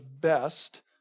best